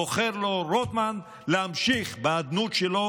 בוחר לו רוטמן להמשיך באדנות שלו